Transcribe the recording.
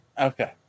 Okay